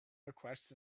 requests